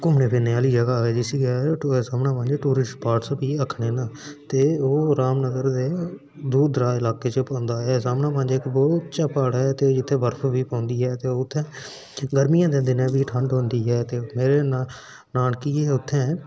घूमने फिरने आह्ली टूरिस्ट स्पार्ट बी आखने आं ते ओह् रामनगर दे दूर दराज इलाके च पौंदा ऐ सामनै इक बहुत उच्चा इक प्हाड ऐ ते उत्थै बर्फ बी पौंदी ऐ ते उत्थै गर्मीयैं दे दिनें बी ठंड़ होंदी ऐ ते मेरे नानकिये हे उत्थै